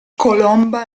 colomba